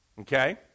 Okay